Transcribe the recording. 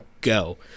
go